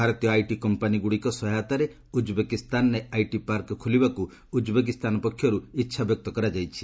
ଭାରତୀୟ ଆଇଟି କମ୍ପାନୀଗୁଡ଼ିକ ସହାୟତାରେ ଉଜ୍ବେକିସ୍ତାନରେ ଆଇଟି ପାର୍କ ଖୋଲିବାକୁ ଉଜ୍ବେକିସ୍ତାନ ପକ୍ଷରୁ ଇଚ୍ଛାବ୍ୟକ୍ତ କରାଯାଇଛି